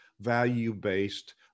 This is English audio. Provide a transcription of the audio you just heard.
value-based